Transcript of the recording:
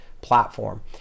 platform